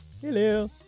Hello